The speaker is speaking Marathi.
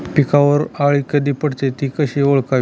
पिकावर अळी कधी पडते, ति कशी ओळखावी?